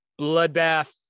Bloodbath